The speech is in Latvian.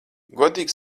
godīgi